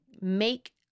make